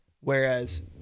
whereas